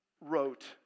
wrote